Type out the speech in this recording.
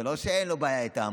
זה לא שאין לו בעיה איתם.